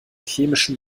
chemischen